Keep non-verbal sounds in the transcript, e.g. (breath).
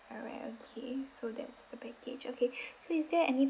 alright okay so that's the package okay (breath) so is there any